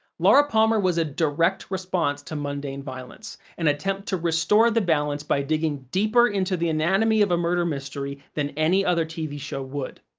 laura palmer was a direct response to mundane violence, an attempt to restore the balance by digging deeper into the anatomy of a murder mystery than any other tv show would.